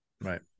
Right